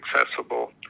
accessible